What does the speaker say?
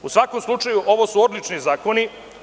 U svakom slučaju ovo su odlično zakoni.